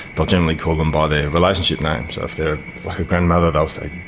they'll generally call them by their relationship name. so if they are like a grandmother they'll say,